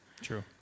True